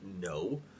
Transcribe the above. No